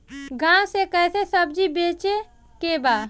गांव से कैसे सब्जी बेचे के बा?